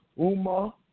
UMA